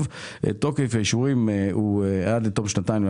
שתוקף האישורים הוא עד לתום שנתיים,